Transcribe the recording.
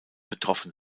betroffen